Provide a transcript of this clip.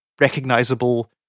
recognizable